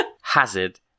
hazard